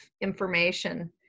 information